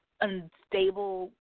unstable